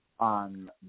on